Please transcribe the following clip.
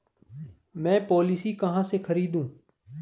मैं पॉलिसी कहाँ से खरीदूं?